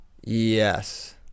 Yes